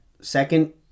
second